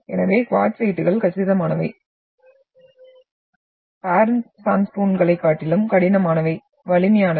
எனவே குவார்ட்சைட்டுகள் கச்சிதமானவை பேரண்ட் சாண்ட்ஸ்டோன்களைக் காட்டிலும் கடினமானவை வலிமையானவை